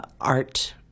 art